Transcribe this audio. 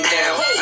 now